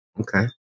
Okay